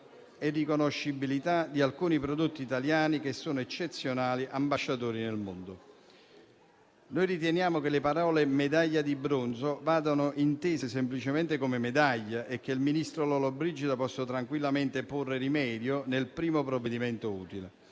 e riconoscibilità di alcuni prodotti italiani che sono eccezionali ambasciatori nel mondo. Noi riteniamo che le parole "medaglia di bronzo" vadano intese semplicemente come "medaglia" e che il ministro Lollobrigida vi possa tranquillamente porre rimedio nel primo provvedimento utile.